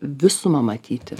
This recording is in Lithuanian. visumą matyti